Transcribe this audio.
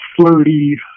flirty